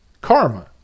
karma